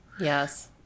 Yes